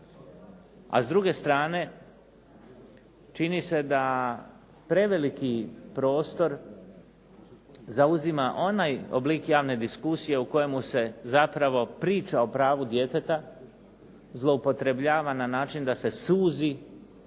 A s druge strane, čini se da preveliki prostor zauzima onaj oblik javne diskusije u kojemu se zapravo priča o pravu djeteta, zloupotrebljava na način da se suzi